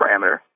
parameter